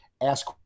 ask